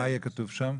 שמה יהיה כתוב שם?